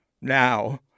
Now